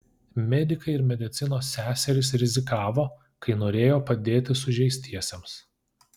medikai ir medicinos seserys rizikavo kai norėjo padėti sužeistiesiems